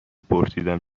پرسیدم